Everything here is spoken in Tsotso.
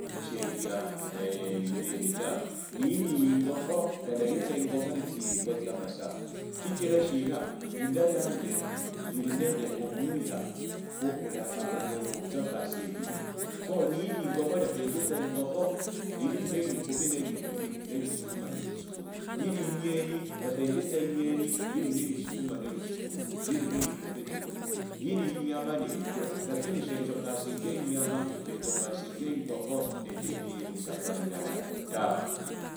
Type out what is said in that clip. Shandia engeni tawe nali engokho ndalania tsa ingokho nende tsfwa tsia amasafu sichira indaa yanje ili nende oluya luso khulikha okhuenya okhutsiokasia ebindu kho nali ingokho lekha enditsa ingokho nali ne likhubi ne likhubi neliesukuma neliesukuma neli enyeni lekha endie tsa inyeni yeli neliesukuma ne lisukuma yaki nelikhubi neli inyama nendio lakini senzokashingia inyama nenzokasinja ingokho nende safari indala tawe.